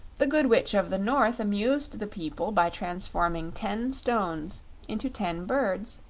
the good witch of the north amused the people by transforming ten stones into ten birds,